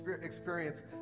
experience